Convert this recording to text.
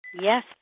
Yes